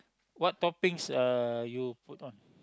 what toppings uh you put on